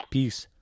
Peace